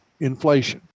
inflation